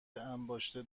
انباشته